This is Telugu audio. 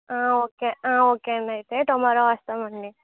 ఓకే ఓకే అండి అయితే టుమారో వస్తామండి